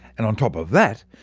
and on top of that,